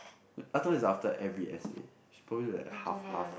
I thought it's after every s_a should probably like half half